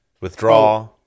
Withdraw